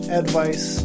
advice